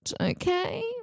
Okay